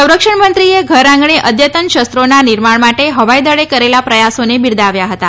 સંરક્ષણ મંત્રીએ ઘરઆંગણે અદ્યતન શસ્ત્રોના નિર્માણ માટે હવાઈ દળે કરેલા પ્રયાસોને બિરદાવ્યા હતા